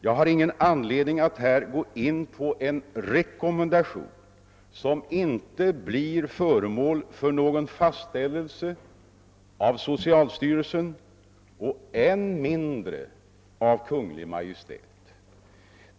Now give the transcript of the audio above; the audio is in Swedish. Jag har ingen anledning att här gå in på en rekommendation som inte blir föremål för någon fastställelse av socialstyrelsen och än mindre av Kungl. Maj:t.